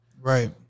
Right